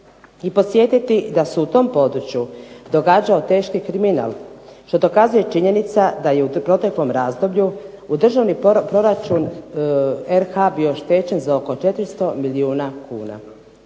i podsjetiti da se u tom području događao teški kriminal što dokazuje činjenica da je u proteklom razdoblju u državni proračun RH bio oštećen za oko 400 milijuna kuna.